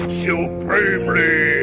supremely